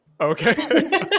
Okay